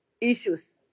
issues